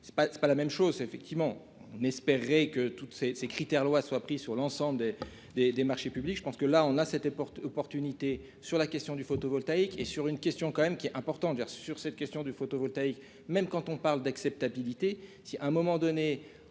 c'est pas la même chose, c'est effectivement n'espérez que toutes ces ces critères loi soient pris sur l'ensemble des, des, des marchés publics, je pense que là on a c'était porte opportunité sur la question du photovoltaïque et sur une question quand même qui est important de sur cette question du photovoltaïque, même quand on parle d'acceptabilité, si à un moment donné